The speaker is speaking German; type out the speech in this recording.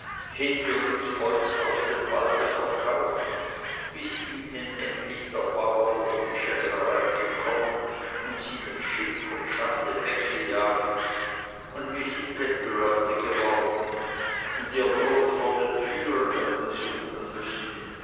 hinterrücks holz aus dem walde verkauft bis ihnen endlich der bauer über die schelmerei gekommen und sie mit schimpf und schande weggejagt und wie sie bettelleute geworden und ihr brot vor den türen hätten suchen müssen